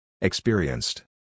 Experienced